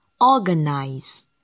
organize